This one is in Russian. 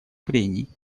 прений